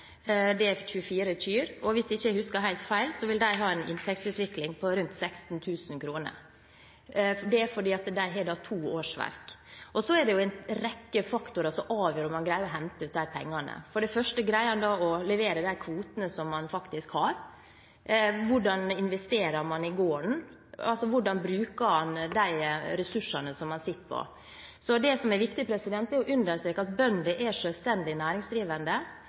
Hvis jeg ikke husker helt feil, vil de ha en inntektsutvikling på rundt 16 000 kr. Det er fordi de har to årsverk. Så er det en rekke faktorer som avgjør om man greier å hente ut de pengene. Greier man å levere de kvotene som man faktisk har, hvordan investerer man i gården, og hvordan bruker man de ressursene som man sitter på? Det som er viktig, er å understreke at bønder er selvstendig næringsdrivende,